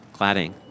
cladding